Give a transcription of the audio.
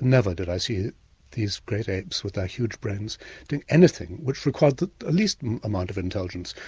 never did i see these great apes with their ah huge brains do anything which required the least amount of intelligence.